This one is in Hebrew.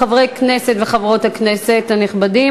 חברי כנסת וחברות כנסת נכבדים,